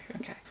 Okay